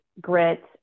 grit